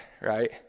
right